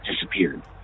disappeared